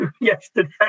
yesterday